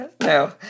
No